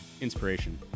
Inspiration